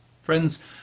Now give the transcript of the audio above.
Friends